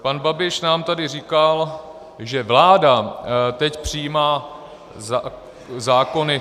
Pan Babiš nám tady říkal, že vláda teď přijímá zákony.